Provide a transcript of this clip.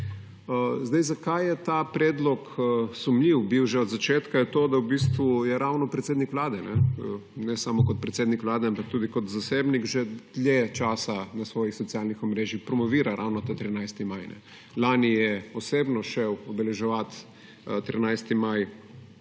tleh. Zakaj je bil ta predlog sumljiv že od začetka, je to, da v bistvu ravno predsednik Vlade, pa ne samo kot predsednik Vlade, ampak tudi kot zasebnik, že dlje časa na svojih socialnih omrežjih promovira ravno ta 13. maj. Lani je osebno šel obeleževat 13. maj